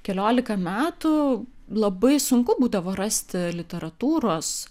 keliolika metų labai sunku būdavo rasti literatūros